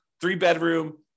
three-bedroom